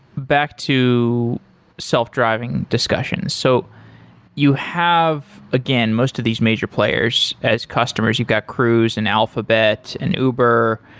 back to self-driving discussion. so you have, again, most of these major players as customers. you got cruise, and alphabet and uber.